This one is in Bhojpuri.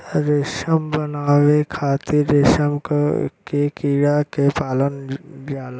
रेशम बनावे खातिर रेशम के कीड़ा के पालल जाला